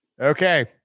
Okay